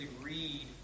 read